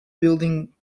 building